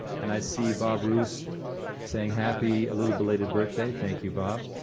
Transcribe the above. and i see bob rouse saying happy, a little belated birthday. thank you bob.